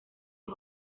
sus